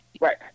Right